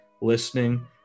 listening